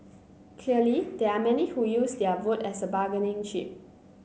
clearly there are many who use their vote as a bargaining chip